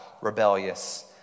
rebellious